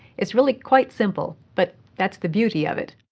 it's really quite simple, but that's the beauty of it.